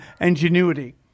ingenuity